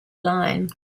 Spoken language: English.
line